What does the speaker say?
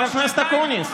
חבר הכנסת אקוניס.